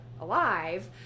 alive